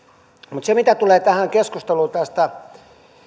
mutta mitä tulee tähän keskusteluun tästä